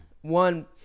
One